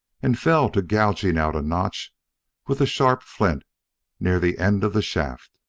and fell to gouging out a notch with the sharp flint near the end of the shaft.